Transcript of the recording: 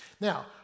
Now